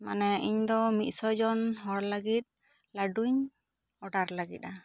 ᱢᱟᱱᱮ ᱤᱧ ᱫᱚ ᱢᱤᱫᱥᱟᱭ ᱡᱚᱱ ᱦᱚᱲ ᱞᱟᱹᱜᱤᱫ ᱞᱟᱹᱰᱩ ᱤᱧ ᱚᱰᱟᱨ ᱞᱟᱹᱜᱤᱫ ᱟ